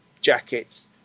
jackets